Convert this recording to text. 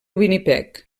winnipeg